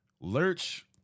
Lurch